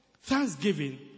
Thanksgiving